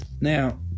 Now